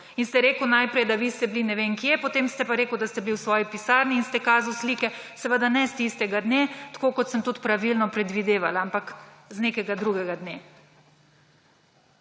in ste rekli najprej, da vi ste bili ne vem kje, potem ste pa rekli, da ste bili v svoji pisarni in ste kazali slike, Seveda ne s tistega dne, tako kot sem tudi pravilno predvidevala, ampak z nekega drugega dne.